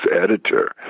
editor